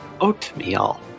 Oatmeal